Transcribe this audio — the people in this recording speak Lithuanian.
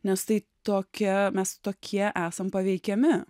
nes tai tokia mes tokie esam paveikiami